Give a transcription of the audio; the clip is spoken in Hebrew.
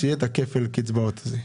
שיהיה כפל הקצבאות הזה.